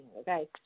Okay